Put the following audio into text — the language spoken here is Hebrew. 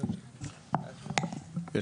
נתי טאובר, מהפיקוח על מערכות תשלומים בבנק ישראל.